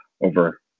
over